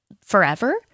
forever